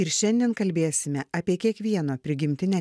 ir šiandien kalbėsime apie kiekvieno prigimtinę